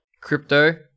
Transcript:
Crypto